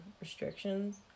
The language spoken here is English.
restrictions